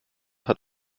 hat